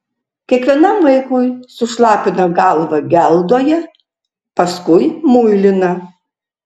kiekvienam vaikui sušlapina galvą geldoje paskui muilina